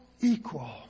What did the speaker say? equal